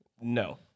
No